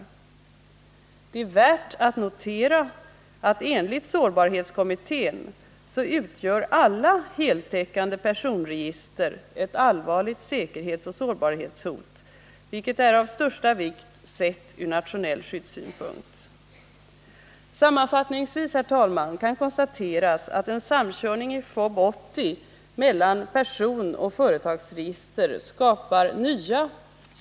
Det är värt att notera att enligt sårbarhetskommittén utgör alla heltäckande personregister ett allvarligt säkerhetsoch sårbarhetshot. vilket är av största vikt sett från nationell skyddssynpunkt. Sammanfattningsvis kan, herr talman, konstateras att en samkörning i FoB 80 mellan personoch företagsregister skapar nya.